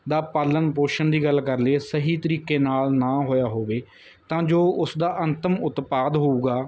ਦਾ ਪਾਲਣ ਪੋਸ਼ਣ ਦੀ ਗੱਲ ਕਰ ਲਈਏ ਸਹੀ ਤਰੀਕੇ ਨਾਲ ਨਾ ਹੋਇਆ ਹੋਵੇ ਤਾਂ ਜੋ ਉਸ ਦਾ ਅੰਤਿਮ ਉਤਪਾਦ ਹੋਵੇਗਾ